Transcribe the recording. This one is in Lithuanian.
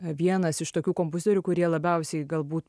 vienas iš tokių kompozitorių kurie labiausiai galbūt